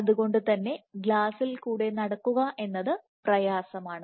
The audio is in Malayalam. അതുകൊണ്ടുതന്നെ ഗ്ലാസിൽ കൂടെ നടക്കുക എന്നത് പ്രയാസമാണ്